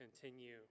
continue